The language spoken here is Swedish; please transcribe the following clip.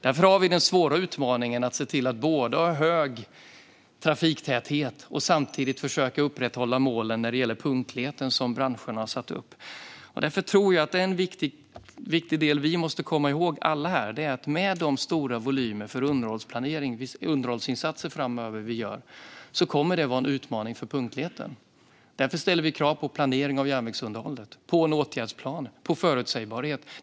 Därför har vi den svåra utmaningen i att se till att ha hög trafiktäthet och samtidigt försöka upprätthålla målen som branscherna har satt upp när det gäller punktligheten. Jag tror att en viktig del som vi alla måste komma ihåg är att de stora volymer av underhållsinsatser vi kommer att göra framöver kommer att vara en utmaning för punktligheten. Därför ställer vi krav på planering av järnvägsunderhållet, på en åtgärdsplan och på förutsägbarhet.